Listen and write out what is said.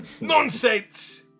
Nonsense